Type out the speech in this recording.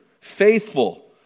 faithful